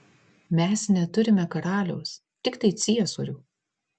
mes neturime karaliaus tiktai ciesorių